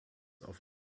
auf